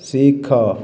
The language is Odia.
ଶିଖ